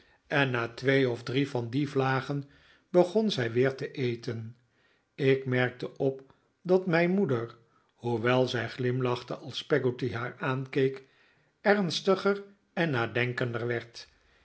en na twee of drie van die vlagen begon zij weer te eten ik merkte op dat mijn moeder hoewel zij glimlachte als peggotty haar aankeek ernstiger en nadenkender